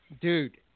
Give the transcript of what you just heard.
dude